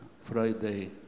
Friday